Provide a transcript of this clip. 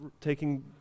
taking